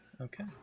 Okay